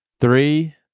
Three